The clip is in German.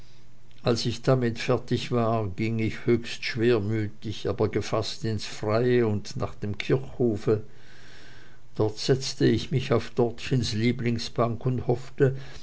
als ich damit fertig war ging ich höchst schwermütig aber gefaßt ins freie und nach dem kirchhofe dort setzte ich mich auf dortchens lieblingsbank und hoffte